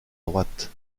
droite